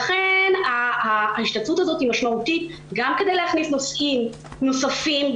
לכן ההשתתפות הזאת היא משמעותית גם כדי להכניס נושאים נוספים,